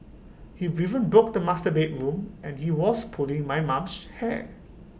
he even broke the master bedroom door and he was pulling my mum's hair